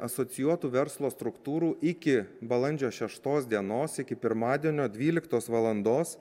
asocijuotų verslo struktūrų iki balandžio šeštos dienos iki pirmadienio dvyliktos valandos